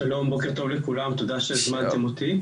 שלום ובוקר טוב לכולם, תודה שהזמנתם אותי.